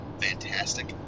fantastic